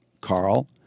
Carl